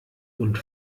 und